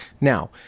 Now